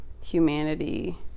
humanity